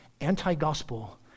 anti-gospel